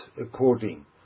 according